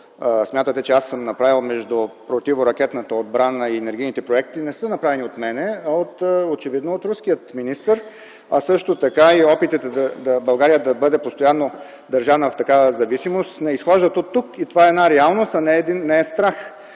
смятате, че аз съм направил между противоракетната отбрана и енергийните проекти, не са направени от мен, а очевидно от руския министър, а също така и опитите България да бъде постоянно държана в такава зависимост не изхождат оттук. Това е една реалност, а не е страх.